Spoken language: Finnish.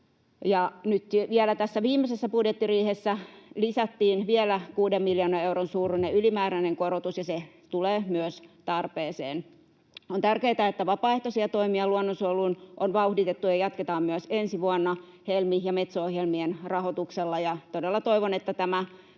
nyt vielä tässä viimeisessä budjettiriihessä lisättiin kuuden miljoonan euron suuruinen ylimääräinen korotus, ja se tulee myös tarpeeseen. On tärkeätä, että vapaaehtoisia toimia luonnonsuojeluun on vauhditettu ja jatketaan myös ensi vuonna Helmi‑ ja Metso-ohjelmien rahoituksella, ja todella toivon, että tämä